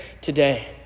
today